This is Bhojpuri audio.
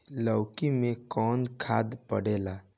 लौकी में कौन खाद पड़ेला?